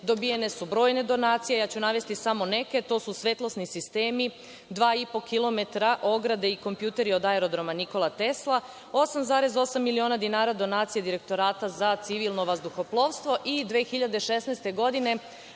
dobijene su brojne donacije, a ja ću navesti samo neke. To su svetlosni sistemi, 2,5 km ograde i kompjuteri od aerodroma „Nikola Tesla“, 8,8 miliona dinara donacije Direktorata za civilno vazduhoplovstvo i 2016. godine